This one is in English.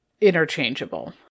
interchangeable